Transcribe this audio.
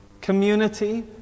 Community